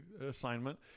assignment